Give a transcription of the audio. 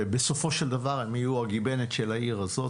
ובסופו של דבר הם יהיו הגיבנת של העיר הזאת.